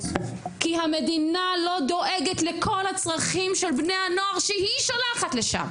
כי המדינה לא דואגת לכל הצרכים של בני הנוער שהיא שולחת לשם,